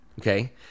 Okay